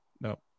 No